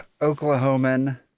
Oklahoman